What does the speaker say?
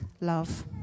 love